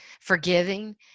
forgiving